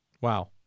Wow